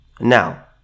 Now